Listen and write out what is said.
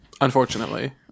Unfortunately